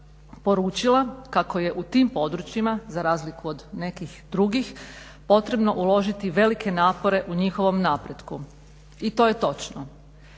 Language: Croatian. poručila kako je u tim područjima za razliku od nekih drugih potrebno uložiti velike napore u njihovom napretku i to je točno.